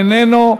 איננו,